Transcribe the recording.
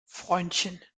freundchen